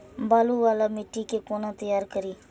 बालू वाला मिट्टी के कोना तैयार करी?